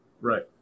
Right